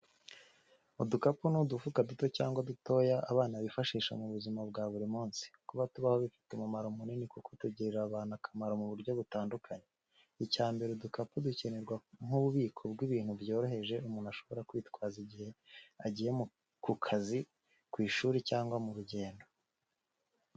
Udukapu ni udufuka duto cyangwa dutoya abantu bifashisha mu buzima bwa buri munsi. Kuba tubaho bifite umumaro munini kuko tugirira abantu akamaro mu buryo butandukanye. Icya mbere, udukapu dukenerwa nk’ububiko bw’ibintu byoroheje umuntu ashobora kwitwaza igihe agiye mu kazi, ku ishuri cyangwa mu rugendo.